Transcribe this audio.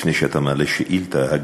לפני שאתה מעלה שאילתה,